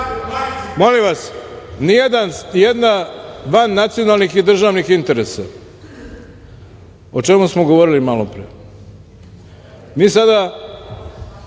vas, nijedna van nacionalnih državnih interesa o čemu smo govorili malopre mi sada